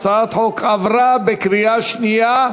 הצעת החוק עברה בקריאה שנייה.